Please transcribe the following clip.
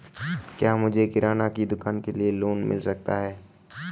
क्या मुझे किराना की दुकान के लिए लोंन मिल सकता है?